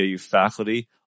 faculty